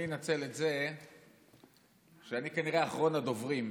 אני אנצל את זה שאני כנראה אחרון הדוברים,